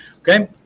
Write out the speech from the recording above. Okay